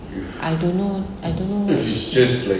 I don't know I don't know what is